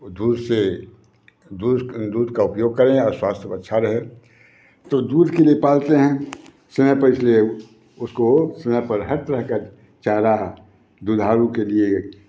वो दूध से दूध दूध का उपयोग करें और स्वास्थय सब अच्छा रहे तो दूध के लिए पालते हैं इसलिए उसको हर तरह का चारा दुधारू के लिए